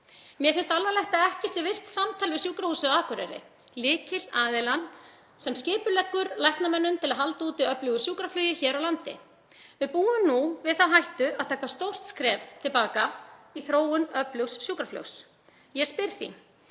Mér finnst alvarlegt að ekki sé virkt samtal við Sjúkrahúsið á Akureyri, lykilaðilann sem skipuleggur læknamönnun til að halda úti öflugu sjúkraflugi hér á landi. Við búum nú við þá hættu að taka stórt skref til baka í þróun öflugs sjúkraflugs. Ég spyr því: